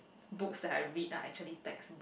books that I read are actually text